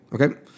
okay